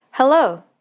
Hello